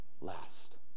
last